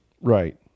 Right